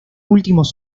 últimos